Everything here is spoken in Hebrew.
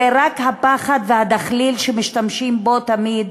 זה רק הפחד והדחליל שמשתמשים בו תמיד,